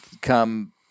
Come